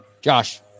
Josh